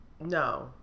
no